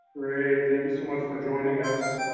thanks so much for joining us.